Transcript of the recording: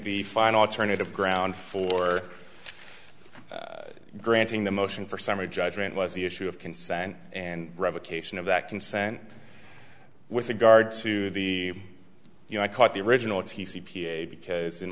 the fine alternative ground for granting the motion for summary judgment was the issue of consent and revocation of that consent with regard to the you know i caught the original t c p a because in